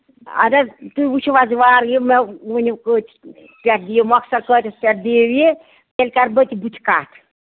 اَدٕ حظ تُہۍ وٕچھِو حظ یہِ وارٕ یہِ مےٚ ؤنِو کۭتِس کیاہ دِیو مۄکثر کۭتِس کیاہ دِیو یہِ تیٚلہِ کرٕ بہٕ تہِ کَتھ بٕتھِ کتھ